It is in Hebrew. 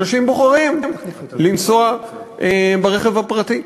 אנשים בוחרים לנסוע ברכב הפרטי.